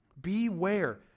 Beware